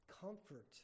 comfort